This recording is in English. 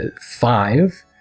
five